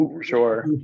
Sure